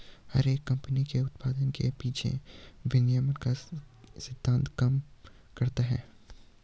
हर एक कम्पनी के उत्पाद के पीछे विनिमय का ही सिद्धान्त काम करता है